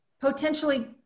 potentially